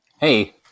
Hey